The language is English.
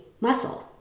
muscle